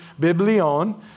biblion